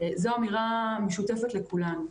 זו אמירה משותפת לכולנו.